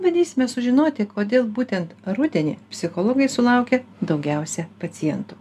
bandysime sužinoti kodėl būtent rudenį psichologai sulaukia daugiausia pacientų